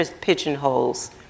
pigeonholes